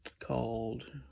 called